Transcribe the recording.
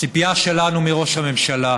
הציפייה שלנו מראש הממשלה,